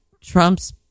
Trump's